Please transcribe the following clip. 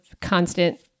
constant